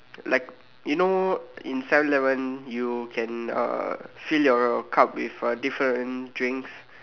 like you know in seven eleven you can uh fill your cup with uh different drinks